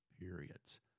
periods